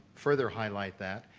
further highlight that.